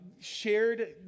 shared